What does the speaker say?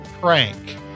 prank